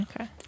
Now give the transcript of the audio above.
Okay